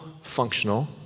functional